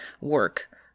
work